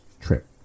trip